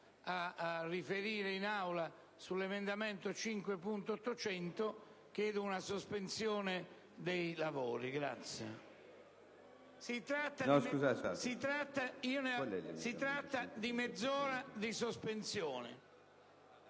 a riferire in Aula sull'emendamento 5.800, chiedo una sospensione dei lavori. Si tratta di mezz'ora di sospensione.